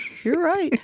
you're right.